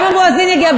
גם המואזין יגיע.